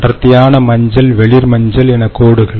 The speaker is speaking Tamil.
அடர்த்தியான மஞ்சள் வெளிர் மஞ்சள் என கோடுகள்